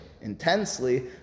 intensely